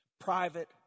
Private